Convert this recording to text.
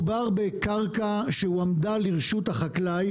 שמדובר בקרקע שהועמדה לרשות החקלאי,